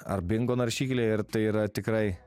ar bingo naršyklę ir tai yra tikrai